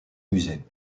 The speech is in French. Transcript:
musée